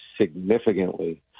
significantly